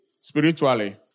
spiritually